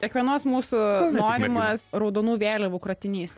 kiekvienos mūsų norimas raudonų vėliavų kratinys